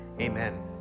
Amen